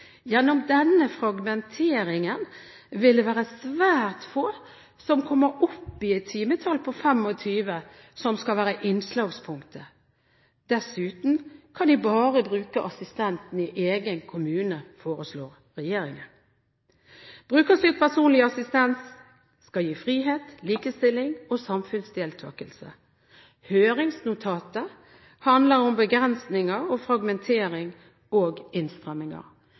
Gjennom denne fragmenteringen vil det være svært få som kommer opp i et timetall på 25, som skal være innslagspunktet. Dessuten kan de bare bruke assistenten i egen kommune, foreslår regjeringen. Brukerstyrt personlig assistent skal gi frihet, likestilling og samfunnsdeltakelse. Høringsnotatet handler om begrensninger, fragmentering og innstramminger